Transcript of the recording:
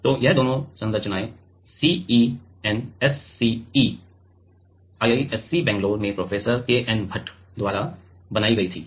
तो यह दोनों संरचनाएं सीईएनएससी आईआईएससी बैंगलोर में prof K N Bhat Prof K N Bhat द्वारा बनाई गई थीं